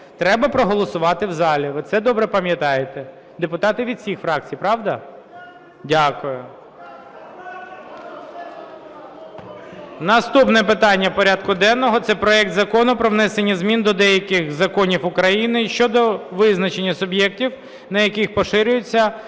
треба проголосувати в залі, ви це добре пам'ятаєте, депутати від всіх фракцій. Правда? Дякую. Наступне питання порядку денного це проект Закону про внесення змін до деяких законів України щодо визначення суб'єктів, на яких поширюється